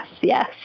yes